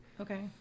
Okay